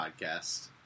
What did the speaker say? podcast